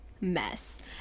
mess